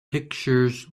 pictures